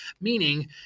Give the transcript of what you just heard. meaning